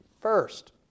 first